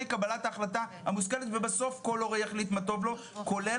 קבלת ההחלטה המושכלת ובסוף כל הורה יחליט מה טוב לו כולל